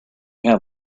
have